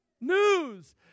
news